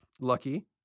lucky